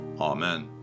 Amen